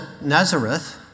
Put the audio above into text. Nazareth